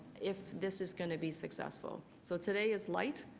if this is going to be successful. so today is light.